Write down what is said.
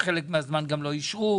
כשחלק מהזמן גם לא אישרו,